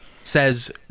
says